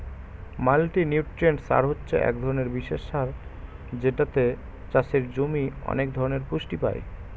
multinutrient সার হচ্ছে এক ধরণের বিশেষ সার যেটাতে চাষের জমি অনেক ধরণের পুষ্টি পায়